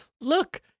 Look